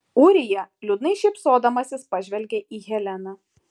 ūrija liūdnai šypsodamasis pažvelgė į heleną